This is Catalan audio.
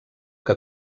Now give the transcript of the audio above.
que